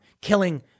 killing